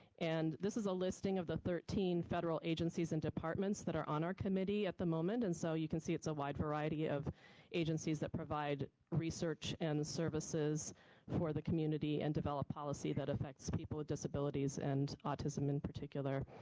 and this is a listing of the thirteen federal agencies and departments that are on our committee at the moment and so you can see it's a wide variety of agencies that provide research and services for the community and develop policy that affects people with disabilities and autism in particular.